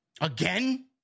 Again